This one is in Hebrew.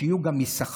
שיהיו גם יששכר,